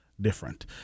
different